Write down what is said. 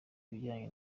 bijyanye